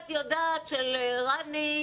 הייתי יודעת שרני,